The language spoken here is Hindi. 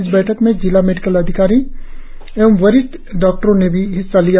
इस बैठक में जिला मेडिकल अधिकारी एवं वरिष्ठ डॉक्टरों ने भी हिस्सा लिया